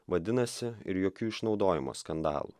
vadinasi ir jokių išnaudojimo skandalų